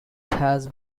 has